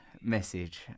message